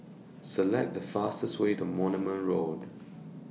Select The fastest Way to Moulmein Road